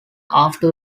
after